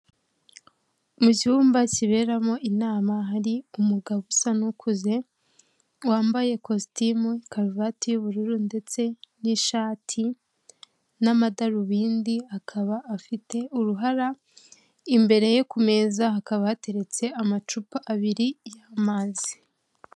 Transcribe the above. Mu cyumba kiberamo inama, hari umugabo usa n'ukuze, wambaye ikositimu, karuvati y'ubururu, ndetse n'ishati n'amadarubindi, akaba afite uruhara, imbere ye ku meza hakaba hateretse amacupa abiri y'amazi.